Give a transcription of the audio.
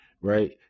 right